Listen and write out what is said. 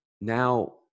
now